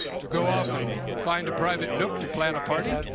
to go off and find a private nook to plan a party?